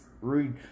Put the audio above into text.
Read